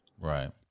Right